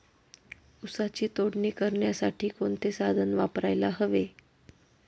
ऊसाची तोडणी करण्यासाठी कोणते साधन वापरायला हवे?